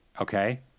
okay